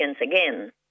again